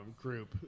group